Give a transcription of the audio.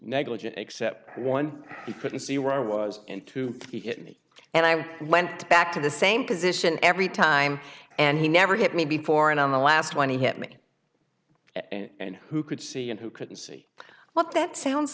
negligent except one he couldn't see where i was in to me and i went back to the same position every time and he never hit me before and on the last one he hit me and who could see and who couldn't see what that sounds